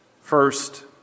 First